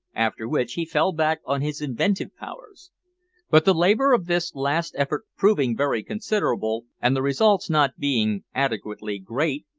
after which he fell back on his inventive powers but the labour of this last effort proving very considerable, and the results not being adequately great,